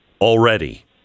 already